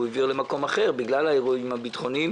למקום אחר בגלל האירועים הביטחוניים